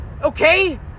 okay